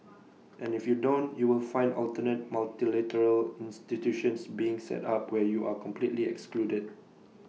and if you don't you will find alternate multilateral institutions being set up where you are completely excluded